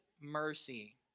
mercy